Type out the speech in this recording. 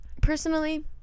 Personally